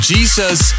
Jesus